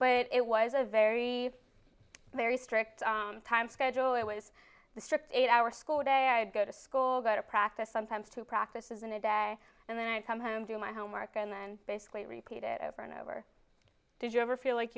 but it was a very very strict time schedule it was a strict eight hour school day i'd go to school go to practice sometimes two practices in a day and then i'd come home do my homework and then basically repeat it over and over did you ever feel like